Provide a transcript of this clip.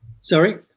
Sorry